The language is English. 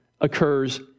occurs